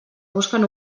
busquen